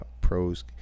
pros